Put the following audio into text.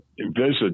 visit